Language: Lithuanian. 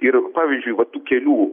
ir pavyzdžiui va tų kelių